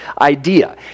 idea